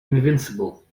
invincible